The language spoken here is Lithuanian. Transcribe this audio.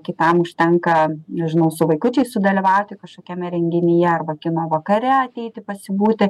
kitam užtenka nežinau su vaikučiais sudalyvauti kažkokiame renginyje arba kino vakare ateiti pasibūti